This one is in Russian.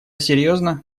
серьезно